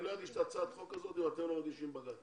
אני לא אגיש את הצעת החוק הזאת אם לא תגישו בג"צ.